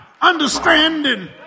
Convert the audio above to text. understanding